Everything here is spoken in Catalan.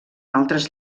altres